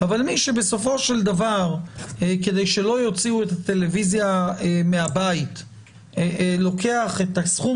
אבל מי שבסופו שלדבר כדי שלא יוציאו את הטלוויזיה מהבית לוקח את הסכום